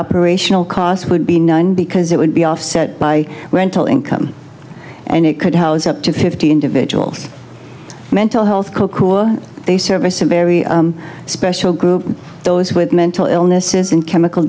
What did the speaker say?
operational costs would be nine because it would be offset by rental income and it could house up to fifty individuals mental health kokura they service a very special group those with mental illnesses and chemical